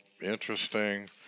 interesting